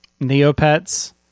Neopets